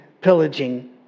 pillaging